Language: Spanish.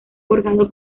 forjado